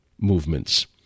movements